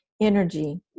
energy